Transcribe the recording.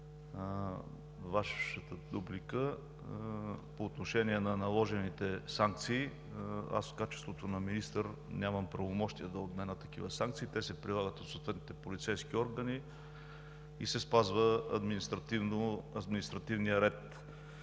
Вашата дуплика по отношение на наложените санкции аз в качеството си на министър нямам правомощия да отменя такива санкции. Те се прилагат от съответните полицейски органи и се спазва административният ред.